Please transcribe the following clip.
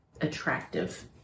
attractive